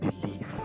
believe